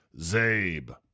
Zabe